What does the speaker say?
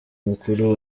mukuru